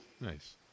Nice